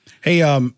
Hey